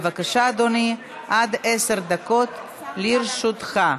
בבקשה, אדוני, עד עשר דקות לרשותך.